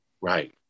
right